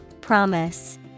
Promise